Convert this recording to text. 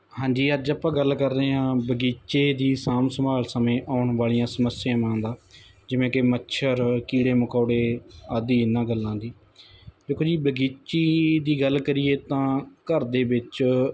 ਹਾਂਜੀ ਅੱਜ ਆਪਾਂ ਗੱਲ ਕਰ ਰਹੇ ਆਂ ਬਗੀਚੇ ਦੀ ਸਾਂਭ ਸੰਭਾਲ ਸਮੇਂ ਆਉਣ ਵਾਲੀਆਂ ਸਮੱਸਿਆਵਾਂ ਦਾ ਜਿਵੇਂ ਕਿ ਮੱਛਰ ਕੀੜੇ ਮਕੌੜੇ ਆਦਿ ਇਹਨਾਂ ਗੱਲਾਂ ਦੀ ਦੇਖੋ ਜੀ ਬਗੀਚੀ ਦੀ ਗੱਲ ਕਰੀਏ ਤਾਂ ਘਰ ਦੇ ਵਿੱਚ